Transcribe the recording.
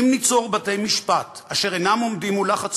אם ניצור בתי-משפט אשר אינם עומדים מול לחץ